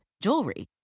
jewelry